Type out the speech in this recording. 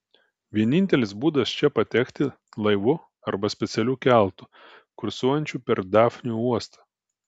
vienintelis būdas čia patekti laivu arba specialiu keltu kursuojančiu per dafnių uostą